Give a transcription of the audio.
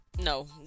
no